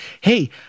Hey